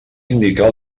indicar